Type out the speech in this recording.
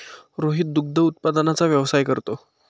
रोहित दुग्ध उत्पादनाचा व्यवसाय करतो